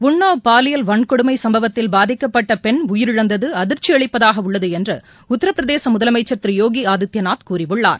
உனாவ் பாலியல் வன்கொடுமைசம்பவத்தில் பாதிக்கப்பட்டபெண் உயிரிழந்துள்ளதுஅதிர்ச்சியளிப்பதாகஉள்ளதுஉத்தரப்பிரதேசமுதலமைச்சர் திருயோகிஆதித்பநாத் கூறியுள்ளார்